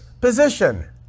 position